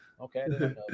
Okay